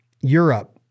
Europe